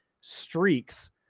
streaks